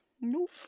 nope